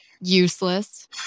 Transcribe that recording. Useless